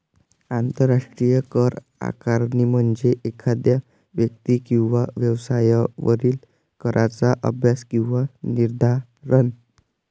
आंतरराष्ट्रीय कर आकारणी म्हणजे एखाद्या व्यक्ती किंवा व्यवसायावरील कराचा अभ्यास किंवा निर्धारण